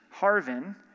Harvin